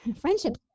Friendship